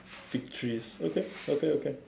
victories okay okay okay